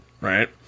right